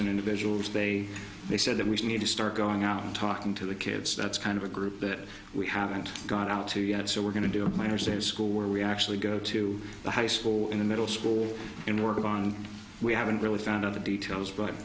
and individuals they they said we need to start going out and talking to the kids that's kind of a group that we haven't got out to yet so we're going to do a minor state school where we actually go to the high school in the middle school in oregon we haven't really found out the details but